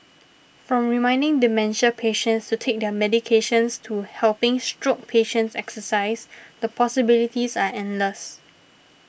from reminding dementia patients to take their medications to helping stroke patients exercise the possibilities are endless